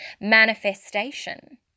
manifestation